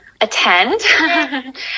attend